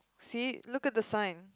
see look at the sign